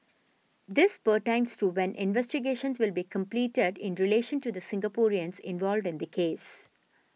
this pertains to when investigations will be completed in relation to the Singaporeans involved in the case